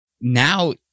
now